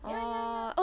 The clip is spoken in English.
ya ya ya